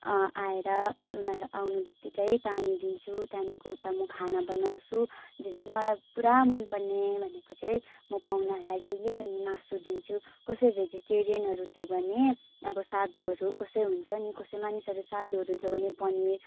आएर उनीहरू आउनु बित्तिकै पानी दिन्छु त्यहाँदेखिको उता म खाना बनाउँछु जुन चाहिँ मलाई पुरा मन पर्ने भनेको चाहिँ म पाहुनाहरूलाई जहिले पनि मासु दिन्छु कसै भेजिटेरियनहरू थियो भने अब साधुहरू कसै हुन्छ नि कसै मानिसहरू साधुहरू थियो भने पनिर